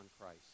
Christ